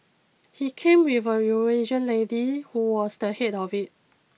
he came with a Eurasian lady who was the head of it